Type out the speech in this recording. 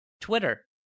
Twitter